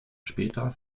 später